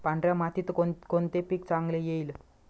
पांढऱ्या मातीत कोणकोणते पीक चांगले येईल?